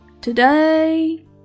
Today